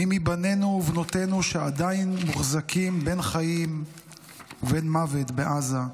מי מבנינו ובנותינו שעדיין מוחזקים בין החיים ובין המוות בעזה,